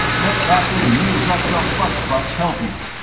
let dr. nirzutz of futzbutz help you!